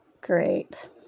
Great